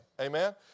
Amen